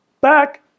Back